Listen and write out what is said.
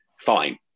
fine